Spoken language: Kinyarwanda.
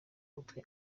gutwi